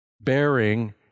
Bearing